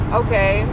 okay